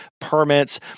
permits